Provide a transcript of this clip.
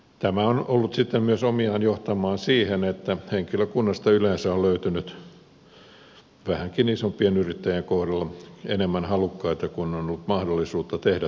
tämä on ollut sitten omiaan myös johtamaan siihen että henkilökunnasta yleensä on löytynyt vähänkin isompien yrittäjien kohdalla enemmän halukkaita kuin on ollut mahdollisuutta tehdä sunnuntaityötä